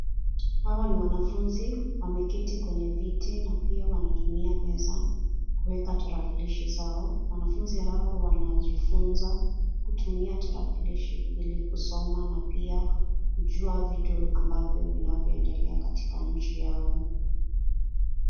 Hawa ni wanafunzi wameketi kwenye viti na pia wanatumia meza, kuweka tarakilishi zao. Wanafunzi hao wanajifunza kutumia tarakilishi ili kusoma na pia kujua vitu ambavyo vinavyoendelea katika nchi yao.